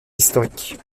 historiques